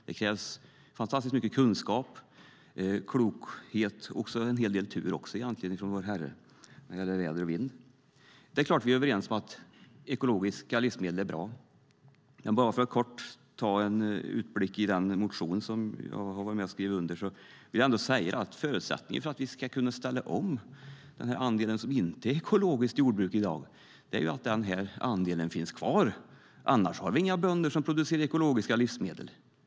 Det krävs mycket kunskap, klokhet och en hel del tur med vår Herre när det gäller väder och vind. Det är klart att vi är överens om att ekologiska livsmedel är bra. Låt mig dock kort blicka på den motion jag har varit med och skrivit under och säga att förutsättningarna för att vi ska kunna ställa om den andel som i dag inte är ekologiskt jordbruk är att den andelen finns kvar. Annars har vi inga bönder som producerar ekologiska livsmedel.